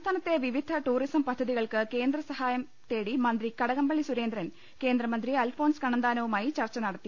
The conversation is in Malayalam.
സംസ്ഥാനത്തെ വിവിധ ട്ടൂറിസം പദ്ധതികൾക്ക് കേന്ദ്ര സഹായം തേടി മന്ത്രി കടകംപള്ളി സുരേന്ദ്രൻ കേന്ദ്രമന്ത്രി അൽഫോൻസ് കണ്ണന്താനവുമായി ചർച്ച നടത്തി